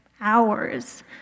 hours